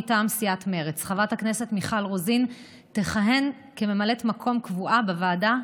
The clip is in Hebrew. מטעם סיעת מרצ: חברת הכנסת מיכל רוזין תכהן כממלאת מקום קבועה בוועדה,